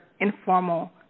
informal